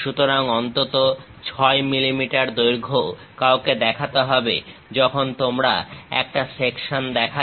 সুতরাং অন্তত 6 mm দৈর্ঘ্য কাউকে দেখাতে হবে যখন তোমরা একটা সেকশন দেখাচ্ছ